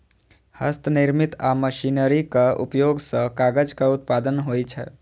हस्तनिर्मित आ मशीनरीक उपयोग सं कागजक उत्पादन होइ छै